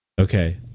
okay